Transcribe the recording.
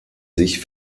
sich